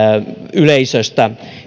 yleisöstä